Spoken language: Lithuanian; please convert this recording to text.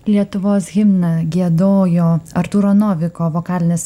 lietuvos himną giedojo artūro noviko vokalinis